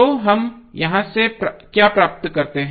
तो हम यहाँ से क्या प्राप्त करते हैं